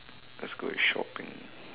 let's go with shopping